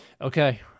okay